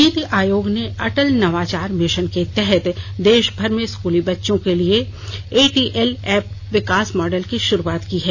नीति आयोग ने अटल नवाचार मिशन के तहत देशभर में स्कूली बच्चों के लिए ए टी एल ऐप विकास मॉडल की शुरुआत की है